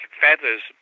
feathers